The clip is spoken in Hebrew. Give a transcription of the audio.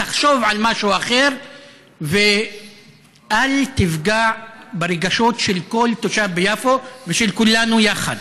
תחשוב על משהו אחר ואל תפגע ברגשות של כל תושב ביפו ושל כולנו יחד.